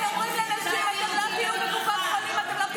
אתה מנסה לחנך אותנו כל הזמן.